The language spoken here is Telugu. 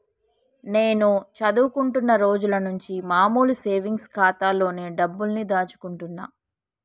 నేను చదువుకుంటున్న రోజులనుంచి మామూలు సేవింగ్స్ ఖాతాలోనే డబ్బుల్ని దాచుకుంటున్నా